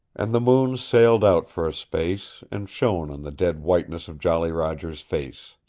and the moon sailed out for a space, and shone on the dead whiteness of jolly roger's face.